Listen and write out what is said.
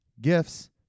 gifts